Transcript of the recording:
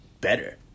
better